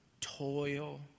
toil